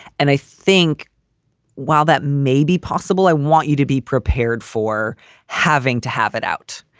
and i think while that may be possible, i want you to be prepared for having to have it out.